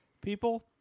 people